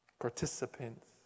Participants